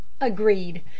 agreed